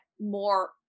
more